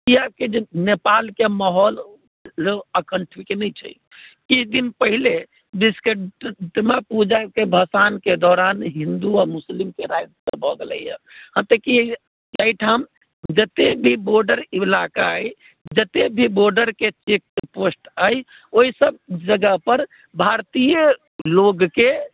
किआकि नेपालके माहौल अखन ठीक नहि छै किछु दिन पहले विश्वकर्मा पूजाके भसानके दौरान हिन्दू आओर मुस्लिमके रायट भए गेलैए एतेकि एहिठाम जते भी बॉर्डर इलाका अछि जते भी बॉर्डरके चेक पोस्ट अछि ओहि सभ जगह पर भारतीय लोककेँ